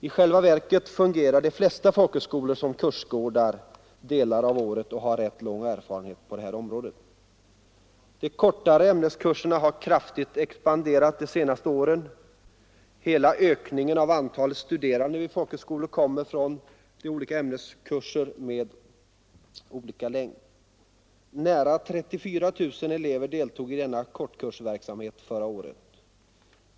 I själva verket fungerar de flesta folkhögskolor som kursgårdar under delar av året och har rätt lång erfarenhet på det området. De kortare ämneskurserna har kraftigt expanderat de senare åren. Hela ökningen av antalet studerande vid folkhögskolor kommer från skilda ämneskurser av olika längd. Nära 34 000 elever deltog i denna kortkursverksamhet förra året.